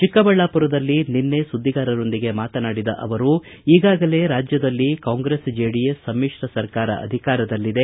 ಚಿಕ್ಕಬಳ್ಳಾಪುರದಲ್ಲಿ ನಿನ್ನೆ ಸುದ್ದಿಗಾರರೊಂದಿಗೆ ಮಾತನಾಡಿದ ಅವರು ಈಗಾಗಲೇ ರಾಜ್ಯದಲ್ಲಿ ಕಾಂಗ್ರೆಸ್ ಜೆಡಿಎಸ್ ಸಮಿಶ್ರ ಸರ್ಕಾರ ಅಧಿಕಾರದಲ್ಲಿದೆ